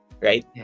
Right